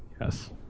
yes